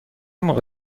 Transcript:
موقع